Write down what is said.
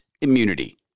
immunity